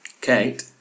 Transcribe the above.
Kate